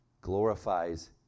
glorifies